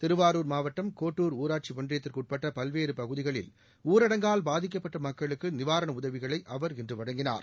திருவாரூர் மாவட்டம் கோட்டூர் ஊராட்சி ஒன்றியத்திற்கு உட்பட்ட பல்வேறு பகுதிகளில் ஊரடங்கால் பாதிக்கப்பட்ட மக்களுக்கு நிவாரண உதவிகளை அவர் இன்று வழங்கினார்